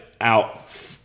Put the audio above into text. out